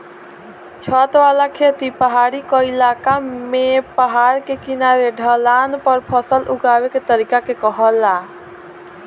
छत वाला खेती पहाड़ी क्इलाका में पहाड़ के किनारे ढलान पर फसल उगावे के तरीका के कहाला